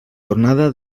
tornada